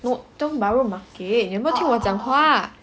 Tiong Bahru Market 有没有听我讲话